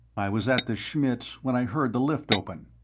i was at the schmidt when i heard the lift open.